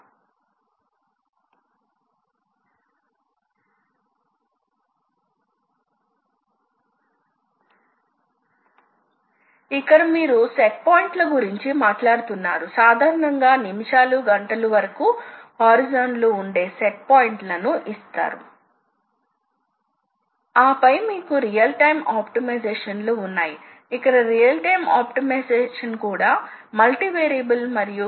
part జ్యామితి సంక్లిష్టంగా ఉన్న చోట మీరు నిజంగా ఆపరేటర్ నైపుణ్యం మీద ఆధారపడవలసిన అవసరం లేదు మీరు కేవలం ఒక ప్రోగ్రామ్ వ్రాయవలసి ఉంటుంది మీరు సరైన పార్ట్ ప్రోగ్రామ్ ను ఉత్పత్తి చేయాలి మరియు పార్ట్ ప్రోగ్రామ్ సరైనది అయితే ఆటోమేటెడ్ యంత్రం ఖచ్చితంగా ఉంటుంది ఆపరేటర్ నైపుణ్యం తో సంబంధం లేకుండా అవసరమైన జ్యామితి ని సరిగ్గా ఉత్పత్తి చేస్తుంది